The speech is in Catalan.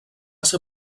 ser